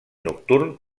nocturn